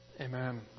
Amen